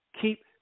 Keep